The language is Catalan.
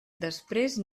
després